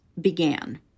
began